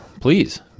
Please